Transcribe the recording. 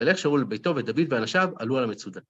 וילך שאול אל ביתו ודוד ואנשיו עלו על המצודה.